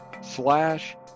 slash